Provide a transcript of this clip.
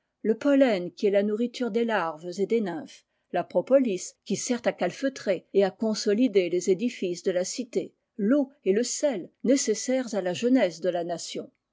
le pollen qui est la nourriture des larves et des nymphes la propolis qui sert à calfeutrer et à consolider les édifices de la cité l'eau et le sel nécessaires à la jeunesse de la nation